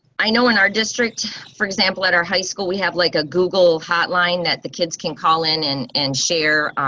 i know in our district for example, at our high school we have like a google hotline that the kids can call in in and share